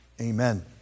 amen